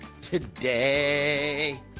today